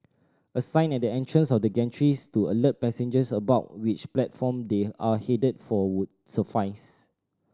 a sign at the entrance of the gantries to alert passengers about which platform they are headed for would suffice